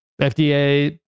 FDA